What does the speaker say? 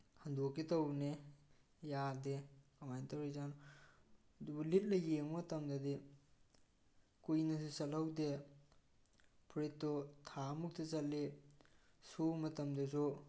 ꯍꯟꯗꯣꯛꯀꯦ ꯇꯧꯕꯅꯦ ꯌꯥꯗꯦ ꯀꯃꯥꯏꯅ ꯇꯧꯔꯤ ꯖꯥꯠꯅꯣ ꯑꯗꯨꯕꯨ ꯂꯤꯠꯂ ꯌꯦꯡꯕ ꯃꯇꯝꯗꯗꯤ ꯀꯨꯏꯅꯁꯨ ꯆꯠꯍꯧꯗꯦ ꯐꯨꯔꯤꯠꯇꯨ ꯊꯥ ꯃꯨꯛꯇ ꯆꯠꯂꯤ ꯁꯨꯕ ꯃꯇꯝꯗꯁꯨ